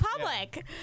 public